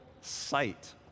sight